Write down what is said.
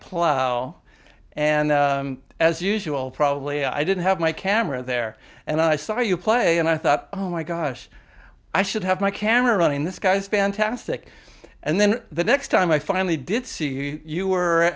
plough and as usual probably i didn't have my camera there and i saw you play and i thought oh my gosh i should have my camera running this guy's fantastic and then the next time i finally did see you